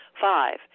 Five